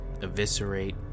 Eviscerate